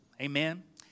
Amen